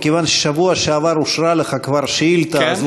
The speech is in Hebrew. מכיוון שבשבוע שעבר אושרה לך כבר שאילתה, כן?